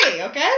okay